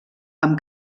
amb